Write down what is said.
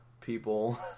people